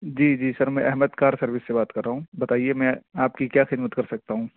جی جی سر میں Ahmed car service سے بات کر رہا ہوں بتائیے میں آپ کی کیا خدمت کر سکتا ہوں